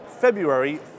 February